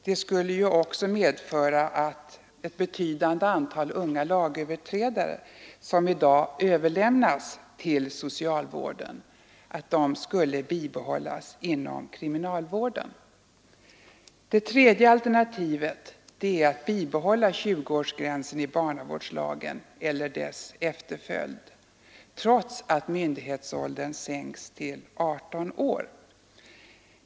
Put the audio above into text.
Det skulle ju också medföra att ett betydande antal unga lagöverträdare som i dag överlämnas till socialvården skulle hamna inom kriminalvården. Det tredje alternativet är att bibehålla 20-årsgränsen i barnavårdslagen eller dess efterföljd, trots att myndighetsåldern sänks till 18 år.